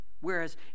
Whereas